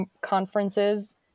conferences